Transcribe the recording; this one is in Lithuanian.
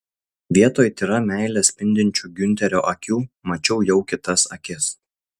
vietoj tyra meile spindinčių giunterio akių mačiau jau kitas akis